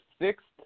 sixth